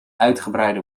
uitgebreide